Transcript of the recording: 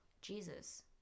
Jesus